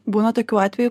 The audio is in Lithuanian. būna tokių atvejų